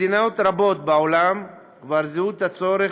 מדינות רבות בעולם כבר זיהו את הצורך